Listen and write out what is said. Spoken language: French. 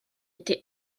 été